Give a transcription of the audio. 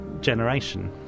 generation